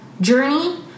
journey